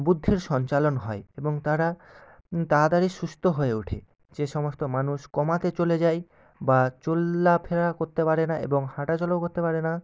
বুদ্ধির সঞ্চালন হয় এবং তারা তাড়াতাড়ি সুস্থ হয়ে ওঠে যে সমস্ত মানুষ কোমাতে চলে যায় বা চলাফেরা করতে পারে না এবং হাঁটাচলাও করতে পারেনা